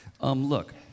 Look